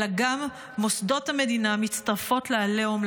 אלא גם מוסדות המדינה מצטרפות לעליהום,